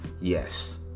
yes